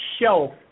shelf